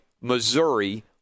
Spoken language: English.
Missouri